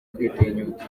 kwitinyuka